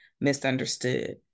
misunderstood